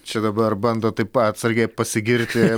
čia dabar bando taip atsargiai pasigirti